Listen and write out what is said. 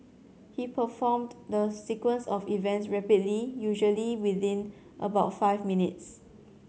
he performed the sequence of events rapidly usually within about five minutes